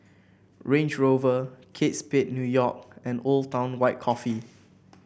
Range Rover Kate Spade New York and Old Town White Coffee